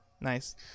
Nice